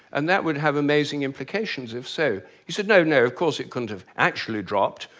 and that would have amazing implications if so. he said no, no, of course it couldn't have actually dropped.